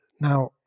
Now